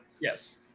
Yes